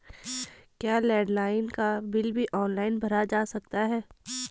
क्या लैंडलाइन का बिल भी ऑनलाइन भरा जा सकता है?